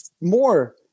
more